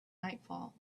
nightfall